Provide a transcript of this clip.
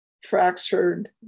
fractured